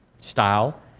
style